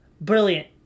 Brilliant